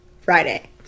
Friday